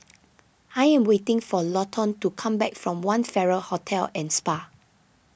I am waiting for Lawton to come back from one Farrer Hotel and Spa